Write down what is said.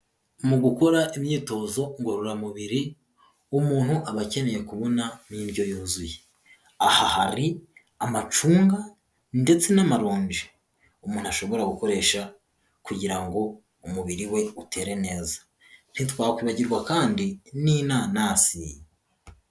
Mu gukora imyitozo ngororamubiri umuntu aba akeneye kubona n'indyo yuzuye, aha hari amacunga ndetse n'amaronji umuntu ashobora gukoresha kugira ngo umubiri we utere neza, ntitwakwibagirwa kandi n'inanasi.